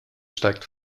steigt